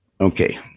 Okay